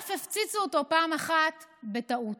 ואף הפציצו אותו פעם אחת בטעות.